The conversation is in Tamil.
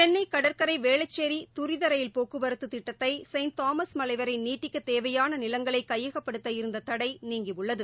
சென்னை கடற்கரை வேளச்சேரி தரித ரயில் போக்குவரத்து திட்டத்தை செயின்ட் தாமஸ் மலை வரை நீட்டிக்க தேவையான நிலங்களை கையகப்படுத்த இருந்த தடை நீங்கியுள்ளது